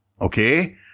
okay